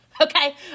okay